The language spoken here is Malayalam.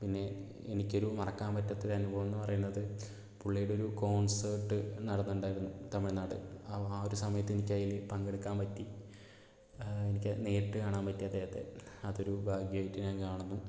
പിന്നെ എനിക്ക് ഒരു മറക്കാൻ പറ്റാത്ത ഒരു അനുഭവം എന്ന് പറയുന്നത് പുള്ളീടെ ഒരു കോൺസെർട് നടന്നിട്ടുണ്ടായിരുന്നു തമിഴ്നാട് ആ ഒരു സമയത്ത് എനിക്കതിൽ പങ്കെടുക്കാൻ പറ്റി എനിക്കത് നേരിട്ട് കാണാൻ പറ്റി അദ്ദേഹത്തെ അതൊരു ഭാഗ്യമായിട്ട് ഞാൻ കാണുന്നു